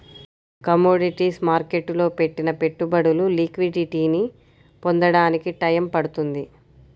commodities మార్కెట్టులో పెట్టిన పెట్టుబడులు లిక్విడిటీని పొందడానికి టైయ్యం పడుతుంది